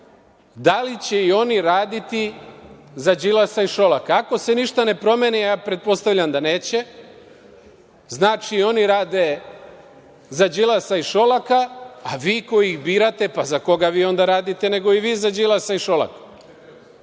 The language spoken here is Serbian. da li će i oni raditi za Đilas i Šolaka? Ako se ništa ne promeni, a pretpostavljam da neće, znači oni rade za Đilasa i Šolaka, a vi koji ih birate, pa za koga vi onda radite nego i vi za Đilasa i Šolaka.